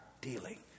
dealing